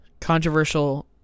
controversial